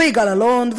ויגאל אלון,